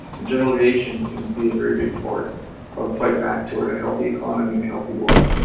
and general aviation can be a very big part of the fight back toward a healthy economy and a healthy world. so,